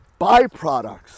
byproducts